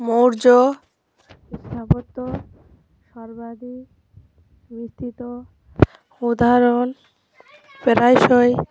মৌর্য বিশাপত্য সরবাাদি মস্তিত উদাহরণ প্রায়শই